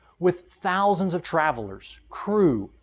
with thousands of travelers, crew,